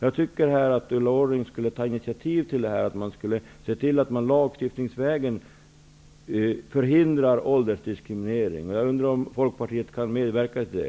Jag tycker att Ulla Orring skulle ta initiativ till att lagstiftningsvägen förhindra åldersdiskriminering. Kan Folkpartiet medverka till det?